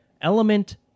Element